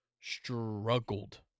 struggled